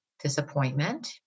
disappointment